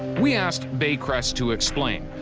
we asked baycrest to explain.